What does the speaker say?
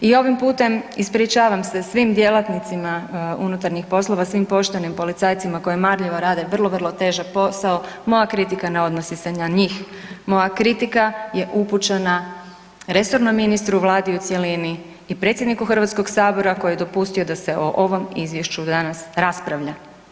I ovim putem ispričavam se svim djelatnicima unutarnjih poslova, svim poštenim policajcima koji marljivo rade vrlo, vrlo težak posao, moja kritika ne odnosi se na njih, moja kritika je upućena resornom ministru, vladi u cjelini i predsjedniku HS koji je dopustio da se o ovom izvješću danas raspravlja.